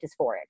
dysphoric